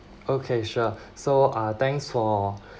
okay sure so uh thanks for